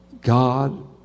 God